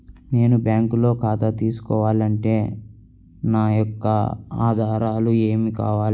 నేను బ్యాంకులో ఖాతా తీసుకోవాలి అంటే నా యొక్క ఆధారాలు ఏమి కావాలి?